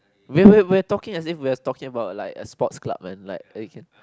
we we we're talking as if we are talking about like a sports club man like we can